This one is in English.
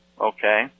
Okay